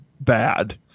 bad